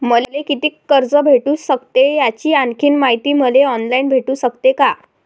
मले कितीक कर्ज भेटू सकते, याची आणखीन मायती मले ऑनलाईन भेटू सकते का?